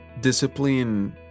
Discipline